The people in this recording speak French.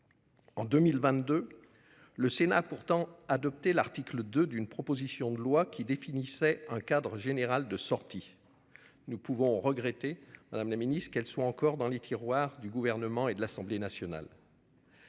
En 2022, le Sénat a pourtant adopté l'article 2 d'une proposition de loi définissant un cadre général de sortie. Nous pouvons regretter, madame la ministre, qu'elle soit encore dans les tiroirs du Gouvernement et de l'Assemblée nationale.